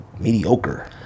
mediocre